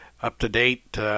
up-to-date